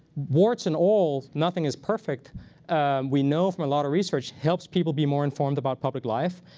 warts and all nothing is perfect we know from a lot of research helps people be more informed about public life,